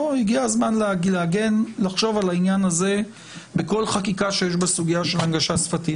הגיע הזמן לחשוב על העניין הזה בכל חקיקה שיש בה סוגיה של הנגשה שפתית.